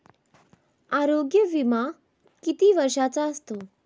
आरोग्य विमा किती वर्षांचा असतो?